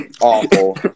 awful